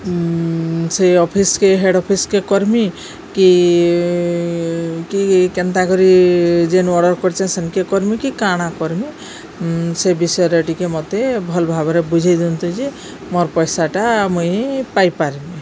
ସେ ଅଫିସକେ head office କେ କରିମି କି କି କେନ୍ତା କରି ଯେନୁ ଅର୍ଡ଼ର କରିଚେ ସେନ୍କେ କରମି କି କାଣା କରମି ସେ ବିଷୟରେ ଟିକେ ମୋତେ ଭଲ୍ ଭାବରେ ବୁଝେଇ ଦିଅନ୍ତୁ ଯେ ମୋର୍ ପଇସାଟା ମୁଇଁ ପାଇପାରମି